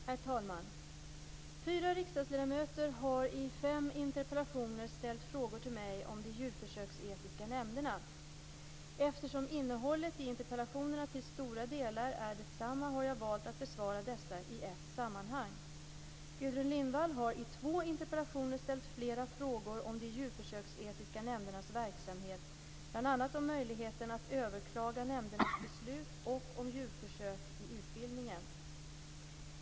Herr talman! Fyra riksdagsledamöter har i fem interpellationer ställt frågor till mig om de djurförsöksetiska nämnderna. Eftersom innehållet i interpellationerna till stora delar är detsamma har jag valt att besvara dessa i ett sammanhang. Gudrun Lindvall har i två interpellationer ställt flera frågor om de djurförsöksetiska nämndernas verksamhet, bl.a. om möjligheten att överklaga nämndernas beslut och om djurförsök i utbildningen.